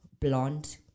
blonde